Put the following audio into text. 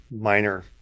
minor